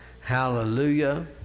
hallelujah